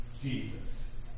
Jesus